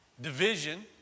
division